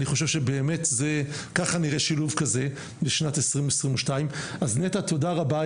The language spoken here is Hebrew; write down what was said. אני חושב שבאמת ככה נראה שילוב כזה בשנת 2022. אז נטע תודה רבה,